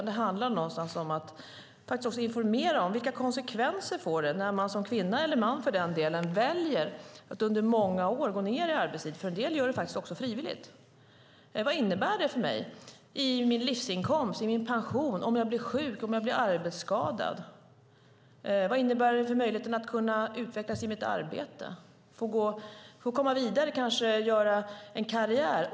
Det handlar i stället om att informera om vilka konsekvenser det får när man som kvinna eller man väljer att under många år gå ned i arbetstid, vilket en del gör frivilligt. Vad innebär det för ens livsinkomst och pension om man blir sjuk eller arbetsskadad? Vad innebär det för möjligheten att utvecklas i sitt arbete, komma vidare och kanske göra karriär?